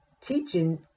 teaching